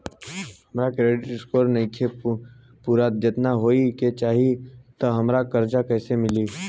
हमार credit score नईखे पूरत जेतना होए के चाही त हमरा कर्जा कैसे मिली?